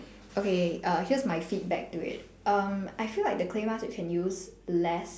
okay uh here's my feedback to it um I feel like the clay mask you can use less